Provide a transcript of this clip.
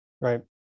Right